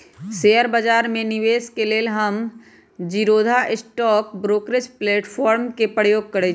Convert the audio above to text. share बजार में निवेश के लेल हम जीरोधा स्टॉक ब्रोकरेज प्लेटफार्म के प्रयोग करइछि